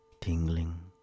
tingling